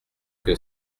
que